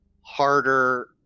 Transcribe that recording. harder